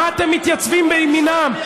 מי אתם מתייצבים לימינם,